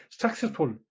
successful